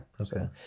Okay